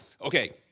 okay